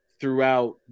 throughout